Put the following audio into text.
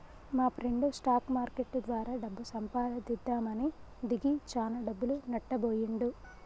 మాప్రెండు stock market ద్వారా డబ్బు సంపాదిద్దామని దిగి చానా డబ్బులు నట్టబొయ్యిండు